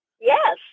Yes